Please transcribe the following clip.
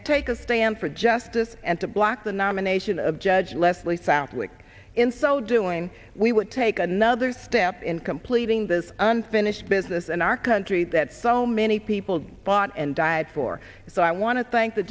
to take a stand for justice and to block the nomination of judge leslie southwick in so doing we would take another step in completing this unfinished business in our country that so many people fought and died for so i want to thank the